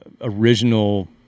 original